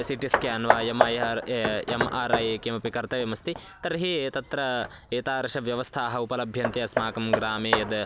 C T scan वा M I R ए M R I किमपि कर्तव्यमस्ति तर्हि ए तत्र एतादृशव्यवस्थाः उपलभ्यन्ते अस्माकं ग्रामे यद्